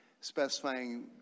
specifying